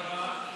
תודה רבה.